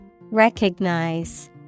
Recognize